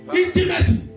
intimacy